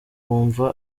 wumva